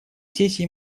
сессии